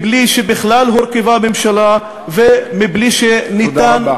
בלי שבכלל הורכבה ממשלה ובלי שניתן תודה רבה.